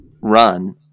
run